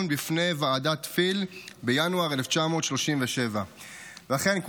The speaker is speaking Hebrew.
בפני ועדת פיל בינואר 1937. ואכן,